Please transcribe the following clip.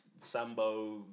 sambo